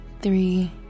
three